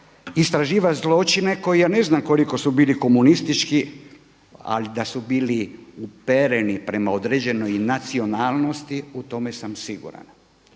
istraživati zločine koji ja ne znam koliko su bili komunistički, ali da su bili upereni prema određenoj nacionalnosti u tome sam siguran.